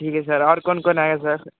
ठीक है सर और कौन कौन आएगा सर